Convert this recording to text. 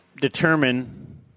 determine